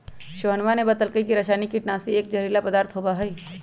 सोहनवा ने बतल कई की रसायनिक कीटनाशी एक जहरीला पदार्थ होबा हई